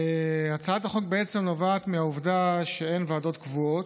הצעת החוק בעצם נובעת מהעובדה שאין ועדות קבועות,